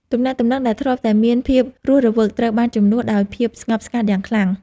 ទំនាក់ទំនងដែលធ្លាប់តែមានភាពរស់រវើកត្រូវបានជំនួសដោយភាពស្ងប់ស្ងាត់យ៉ាងខ្លាំង។